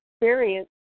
experience